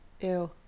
Ew